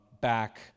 back